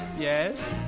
Yes